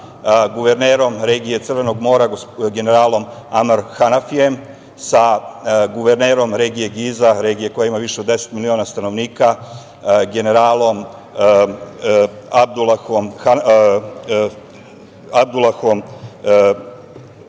sa guvernerom regije Crvenog mora, generalom Amrom Hanafijem, sa guvernerom regije GIZ-a, regija koja ima više od deset miliona stanovnika, generalom Abdulahom Hafezom